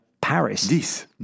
Paris